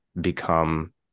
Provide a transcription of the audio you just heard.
become